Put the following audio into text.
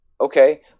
okay